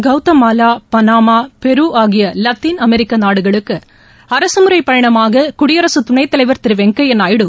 Guatemala Panama Peru ஆகிய லத்தீள் அமெிக்க நாடுகளுக்கு அரசு முறைப் பயணமாககுடியரக துணைத் தலைவர் திரு வெங்கையா நாயுடு